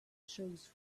shows